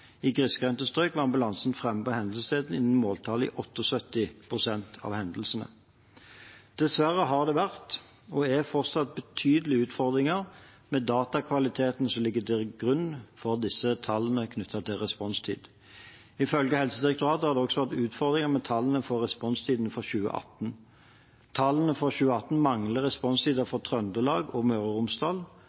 I grisgrendte strøk var ambulansen framme på hendelsesstedet innen måltallet i 78 pst. av hendelsene. Dessverre har det vært – og er fortsatt – betydelige utfordringer med datakvaliteten som ligger til grunn for tallene knyttet til responstid. Ifølge Helsedirektoratet har det også vært utfordringer med tallene for responstidene for 2018. Tallene for 2018 mangler responstider for Trøndelag og Møre og Romsdal,